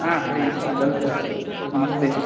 हा हरि ओं वदतु नमस्ते